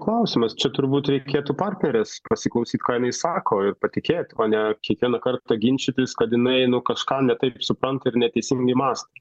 klausimas čia turbūt reikėtų partnerės pasiklausyt ką jinai sako ir patikėt o ne kiekvieną kartą ginčytis kad jinai nu kažką ne taip supranta ir neteisingi mąsto